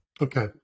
Okay